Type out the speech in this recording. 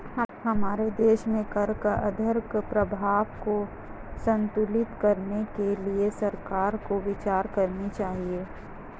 हमारे देश में कर का आर्थिक प्रभाव को संतुलित करने के लिए सरकार को विचार करनी चाहिए